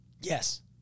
Yes